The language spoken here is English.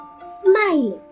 smiling